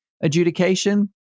adjudication